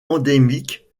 endémique